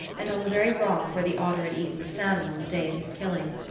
and on the very rock where the otter had eaten the salmon on the day of his killing,